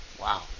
Wow